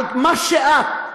על מה שאת,